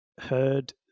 heard